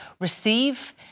receive